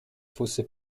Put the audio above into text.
fosse